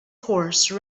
horse